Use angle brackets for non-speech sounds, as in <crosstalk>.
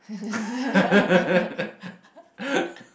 <laughs>